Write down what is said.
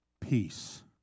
peace